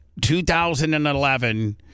2011